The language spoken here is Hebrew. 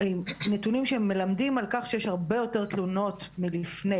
נתונים שמלמדים על כך שיש הרבה יותר תלונות מלפני.